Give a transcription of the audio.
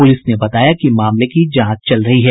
police ने बताया कि मामले की जांच चल रही है